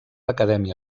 acadèmia